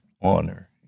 honor